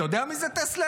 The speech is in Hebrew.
אתה יודע מי זה טסלר?